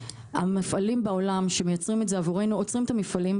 המפעלים בעולם שמייצרים את זה עבורנו עוצרים את המפעלים,